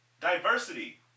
Diversity